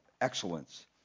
excellence